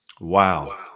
Wow